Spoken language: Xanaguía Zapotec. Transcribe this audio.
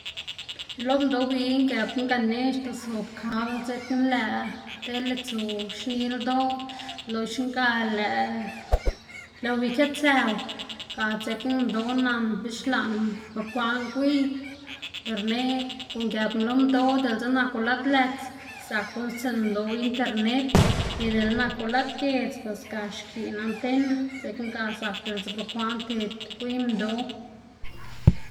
Lo minndoꞌ win gëpná ganeꞌc̲h̲da zob kabl dzekna lëꞌ tele tsu xni ldoꞌ loxna ga lëꞌ lëꞌwu iketsëw ga dzekna minndoꞌ nan be xlaꞌn bokwaꞌn gwiy per neꞌg guꞌn gëpná lo minndoꞌ diꞌltse naku lad lëts zak guꞌnnstsiꞌn minndoꞌ internet y dila naku lad giedz bos ga xkiꞌn antena dzekna ga zak diꞌltse bukwaꞌn ted gwiy minndoꞌ.